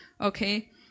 okay